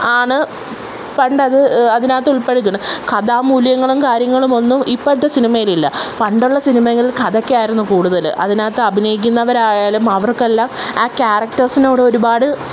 ആണ് പണ്ടത് അതിനകത്ത് ഉൾപ്പെടുത്തിയിരുന്നത് കഥാ മൂല്യങ്ങളും കാര്യങ്ങളുമൊന്നും ഇപ്പോഴത്തെ സിനിമയിലില്ല പണ്ടുള്ള സിനിമകളിൽ കഥയ്ക്കായിരുന്നു കൂടുതൽ അതിനകത്ത് അഭിനയിക്കുന്നവരായാലും അവർക്കെല്ലാം ആ ക്യാരക്റ്റേഴ്സിനോട് ഒരുപാട്